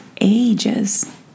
ages